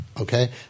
okay